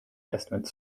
testament